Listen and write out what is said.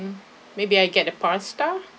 maybe I get the pasta